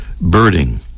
birding